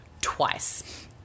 twice